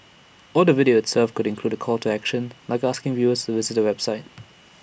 or the video itself could include A call to action like asking viewers to visit A website